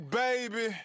baby